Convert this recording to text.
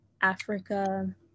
Africa